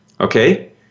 okay